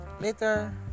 later